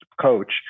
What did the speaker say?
coach